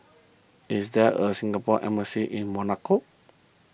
is there a Singapore Embassy in Monaco